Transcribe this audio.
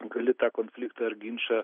gali tą konfliktą ar ginčą